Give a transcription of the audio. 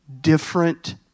different